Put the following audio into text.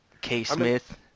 K-Smith